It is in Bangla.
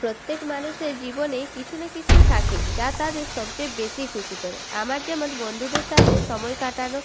প্রত্যেক মানুষের জীবনেই কিছু না কিছু থাকে যা তাদের সবচেয়ে বেশি খুশি করে আমার যেমন বন্ধুদের সাথে সময় কাটানো